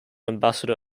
ambassador